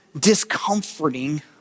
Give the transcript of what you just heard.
discomforting